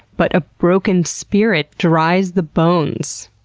but a broken spirit dries the bones.